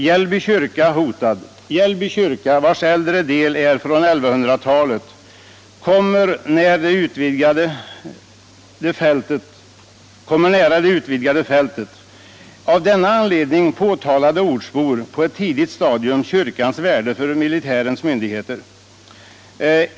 Jällby kyrka är hotad. Kyrkan, vars äldre del är från 1100-talet, kommer att ligga nära det utvidgade fältet. Av denna anledning framhöll ortsbor på ett tidigt stadium för militära myndigheter kyrkans värde.